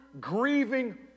grieving